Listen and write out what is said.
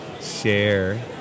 share